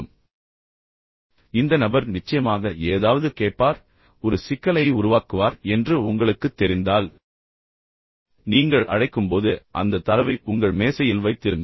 எனவே இந்த நபர் நிச்சயமாக ஏதாவது கேட்பார் ஒரு சிக்கலை உருவாக்குவார் என்று உங்களுக்குத் தெரிந்தால் எனவே நீங்கள் தொலைபேசி அழைக்கும்போது அந்தத் தரவை உங்கள் மேசையில் வைத்திருங்கள்